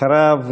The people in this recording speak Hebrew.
אחריו,